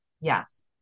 Yes